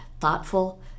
thoughtful